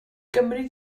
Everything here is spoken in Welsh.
gymri